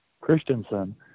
Christensen